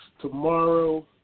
Tomorrow